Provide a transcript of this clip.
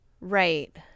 Right